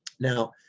now,